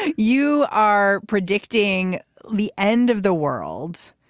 and you are predicting the end of the world.